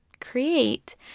create